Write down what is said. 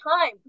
time